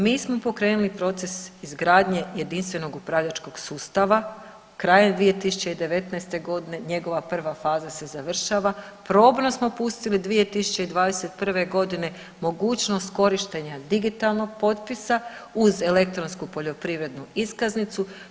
Mi smo pokrenuli proces izgradnje jedinstvenog upravljačkog sustava, krajem 2019. godine njegova prva faza se završava, probno smo pustili 2021. godine mogućnost korištenja digitalnog potpisa uz električnu poljoprivrednu iskaznicu.